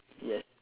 yes